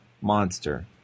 monster